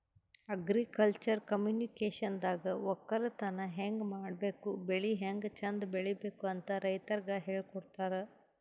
agriculture ಕಮ್ಯುನಿಕೇಷನ್ದಾಗ ವಕ್ಕಲತನ್ ಹೆಂಗ್ ಮಾಡ್ಬೇಕ್ ಬೆಳಿ ಹ್ಯಾಂಗ್ ಚಂದ್ ಬೆಳಿಬೇಕ್ ಅಂತ್ ರೈತರಿಗ್ ಹೇಳ್ಕೊಡ್ತಾರ್